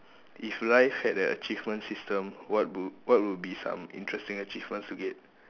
if life had an achievement system what would what would be some interesting achievements to get